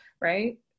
right